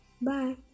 Bye